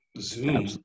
Zoom